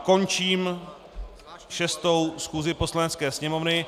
Končím 6. schůzi Poslanecké sněmovny.